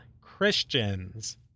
Christians